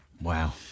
Wow